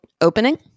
opening